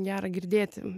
gera girdėti